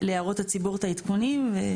להראות לציבור את העדכונים.